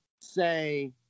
say